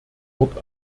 wort